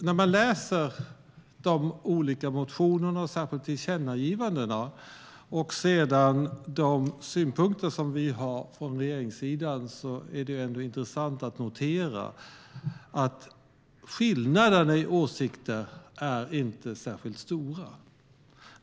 När man läser de olika motionerna och särskilt tillkännagivandena och sedan de synpunkter vi från regeringssidan har är det intressant att notera att skillnaden i åsikter inte är särskilt stor.